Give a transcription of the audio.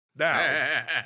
Now